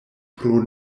pro